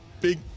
big